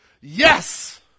Yes